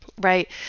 right